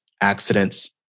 accidents